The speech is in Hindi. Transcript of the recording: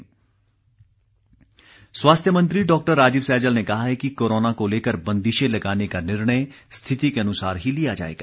राजीव सैजल स्वास्थ्य मंत्री डॉ राजीव सैजल ने कहा है कि कोरोना को लेकर बंदिशें लगाने का निर्णय स्थिति के अनुसार ही लिया जाएगा